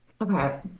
Okay